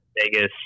Vegas